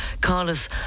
Carlos